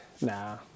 Nah